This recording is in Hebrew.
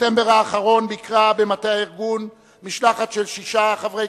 בספטמבר האחרון ביקרה במטה הארגון משלחת של שישה חברי